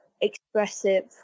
expressive